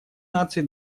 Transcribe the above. наций